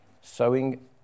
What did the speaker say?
Sowing